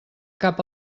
cap